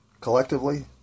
collectively